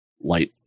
light